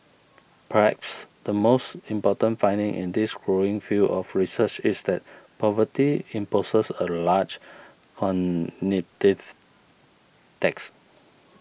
perhaps the most important finding in this growing field of research is that poverty imposes a large cognitive tax